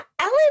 Ellen